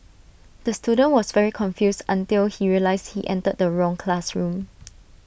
the student was very confused until he realised he entered the wrong classroom